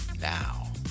Now